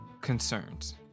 concerns